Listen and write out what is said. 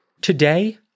Today